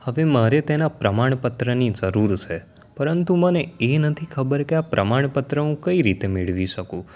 હવે મારે તેના પ્રમાણપત્રની જરૂર છે પરંતુ મને એ નથી ખબર કે આ પ્રમાણ પત્ર હું કઈ રીતે મેળવી શકું